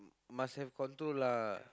must have control lah